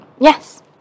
Yes